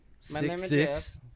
six